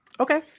Okay